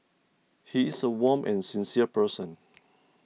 he is a warm and sincere person